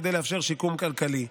כדי לאפשר שיקום כלכלי.